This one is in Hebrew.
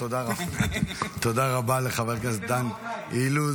תודה רבה לחבר הכנסת דן אילוז.